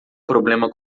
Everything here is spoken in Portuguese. problema